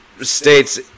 states